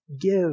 Give